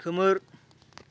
खोमोर